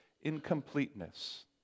incompleteness